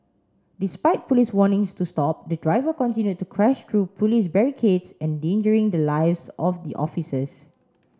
despite police warnings to stop the driver continued to crash through police barricades endangering the lives of the officers